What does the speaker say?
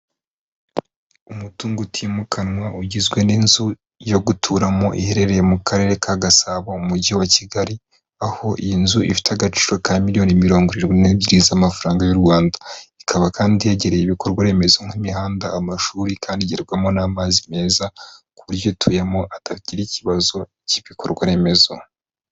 Umutungo utimukanwa ugizwe n'inzu yo guturamo iherereye mu karere ka Gasabo umujyi wa Kigali, aho iyi nzu ifite agaciro ka miliyoni mirongirinwi n'ebyiri z'amafaranga y'u Rwanda, ikaba kandi yagereye ibikorwa remezo nk'imihanda, amashuri kandi igerwamo n'amazi meza ku buryo tuyemo atagira ikibazo cy'ibikorwa remezo.